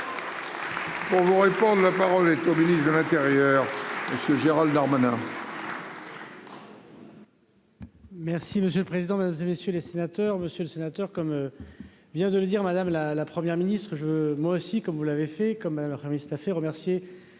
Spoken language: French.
On vous réponde : la parole au ministre de l'Intérieur, Monsieur Gérald Darmanin.